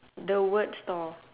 the word store